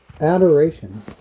Adoration